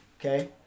Okay